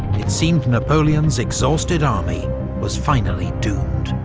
it seemed napoleon's exhausted army was finally doomed.